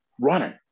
running